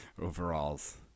overalls